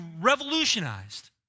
revolutionized